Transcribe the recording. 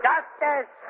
Justice